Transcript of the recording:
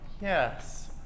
yes